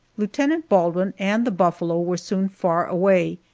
lieutenant baldwin and the buffalo were soon far away,